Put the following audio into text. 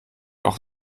auch